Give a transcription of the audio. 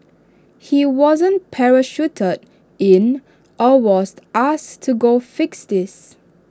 he wasn't parachuted in or was asked to go fix this